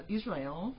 Israel